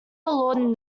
lord